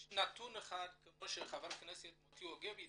יש נתון אחד, כמו שחבר הכנסת מוטי יוגב התייחס,